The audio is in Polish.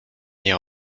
nie